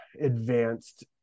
advanced